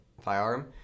firearm